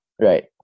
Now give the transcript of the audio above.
Right